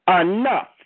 enough